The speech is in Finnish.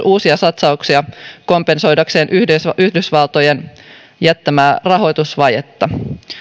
uusia satsauksia kompensoidakseen yhdysvaltojen jättämää rahoitusvajetta